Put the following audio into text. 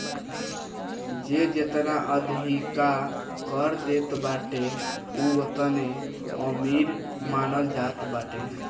जे जेतना अधिका कर देत बाटे उ ओतने अमीर मानल जात बाटे